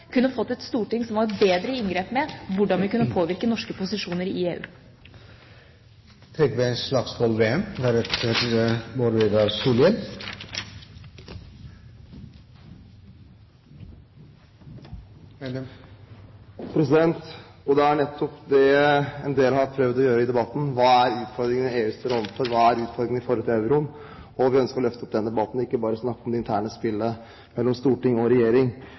kunne fått et storting som var bedre i inngrep med hvordan vi kan påvirke norske posisjoner i EU. Det er nettopp det en del har prøvd å si i debatten: Hva er utfordringene EU står overfor? Hva er utfordringen i forhold til euroen? Vi ønsker å løfte opp den debatten og ikke bare snakke om det interne spillet mellom storting og regjering.